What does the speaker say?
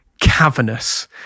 cavernous